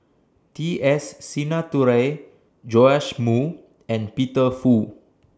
T S Sinnathuray Joash Moo and Peter Fu